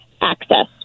access